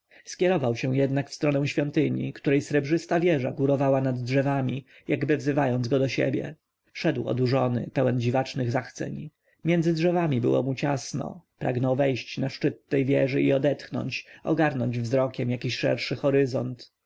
skierował się jednak w stronę świątyni której srebrzysta wieża górowała nad drzewami jakby wzywając go do siebie szedł odurzony pełen dziwacznych zachceń między drzewami było mu ciasno pragnął wejść na szczyt tej wieży i odetchnąć ogarnąć wzrokiem jakiś szerszy horyzont